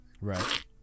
Right